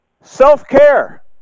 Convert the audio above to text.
Self-care